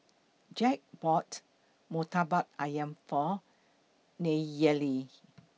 Jack bought Murtabak Ayam For Nayeli